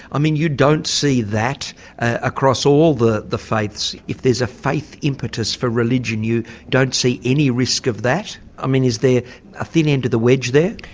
i mean you don't see that across all the the faiths. if there's a faith impetus for religion you don't see any risk of that? i mean is there a thin end of the wedge there?